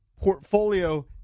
portfolio